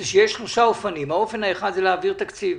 יש שלושה אופנים: אופן אחד זה להעביר תקציב,